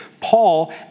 Paul